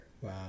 Wow